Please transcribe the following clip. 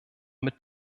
mit